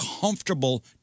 comfortable